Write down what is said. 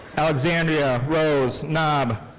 alexandria rose naab.